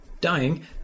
dying